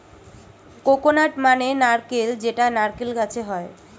coconut মানে নারকেল যেটা নারকেল গাছে হয়